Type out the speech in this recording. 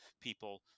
people